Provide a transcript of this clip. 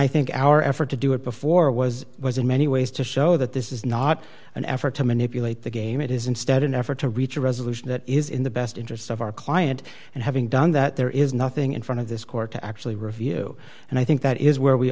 i think our effort to do it before was was in many ways to show that this is not an effort to manipulate the game it is instead an effort to reach a resolution that is in the best interest of our client and having done that there is nothing in front of this court to actually review and i think that is where we